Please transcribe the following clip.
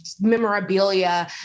memorabilia